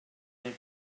neu